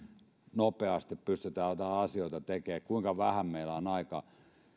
nopeasti pystytään jotain asioita tekemään kuinka vähän meillä on aikaa